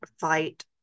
fight